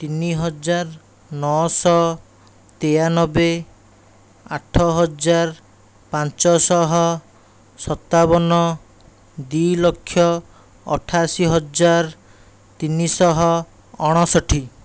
ତିନି ହଜାର ନଅଶହ ତେୟାନବେ ଆଠ ହଜାର ପାଞ୍ଚଶହ ସତାବନ ଦୁଇ ଲକ୍ଷ ଅଠାଅଶୀ ହଜାର ତିନିଶହ ଅଣଷଠି